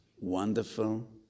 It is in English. wonderful